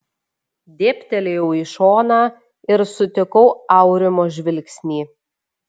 dėbtelėjau į šoną ir sutikau aurimo žvilgsnį